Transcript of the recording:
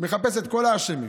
מחפש את כל האשמים.